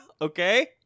Okay